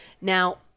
Now